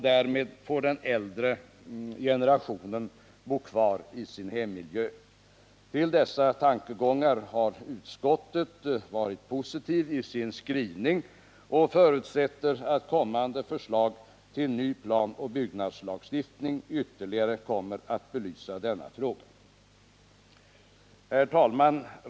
Därmed får den äldre generationen bo kvar i sin hemmiljö. Till dessa tankegångar har utskottet varit positivt i sin skrivning och förutsätter att kommande förslag till ny planoch byggnadslagstiftning ytterligare kommer att belysa denna fråga. Herr talman!